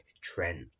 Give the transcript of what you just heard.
Trent